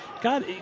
God